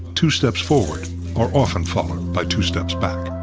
two steps forward are often followed by two steps back.